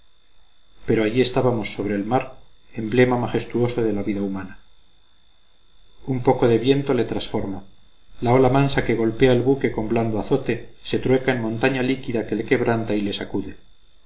pero allí estábamos sobre el mar emblema majestuoso de la humana vida un poco de viento le transforma la ola mansa que golpea el buque con blando azote se trueca en montaña líquida que le quebranta y le sacude